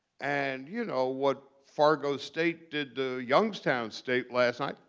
and you know, what fargo state did to youngstown state last night,